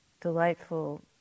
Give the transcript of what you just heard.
delightful